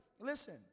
Listen